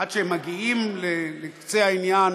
עד שמגיעים לקצה העניין,